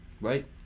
right